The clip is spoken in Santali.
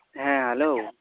ᱦᱮᱸ ᱦᱮᱞᱳ